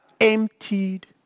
emptied